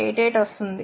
88 వస్తుంది